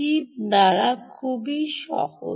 chip দ্বারা খুব সহজ